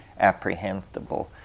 apprehendable